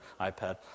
iPad